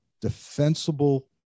defensible